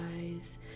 eyes